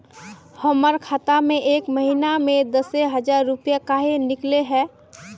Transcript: हमर खाता में एक महीना में दसे हजार रुपया काहे निकले है?